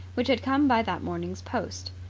which had come by that morning's post.